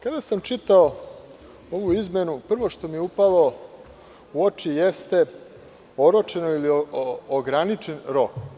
Kada sam čitao ovu izmenu, prvo što mi je upalo u oči jeste oročen ili ograničen rok.